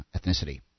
ethnicity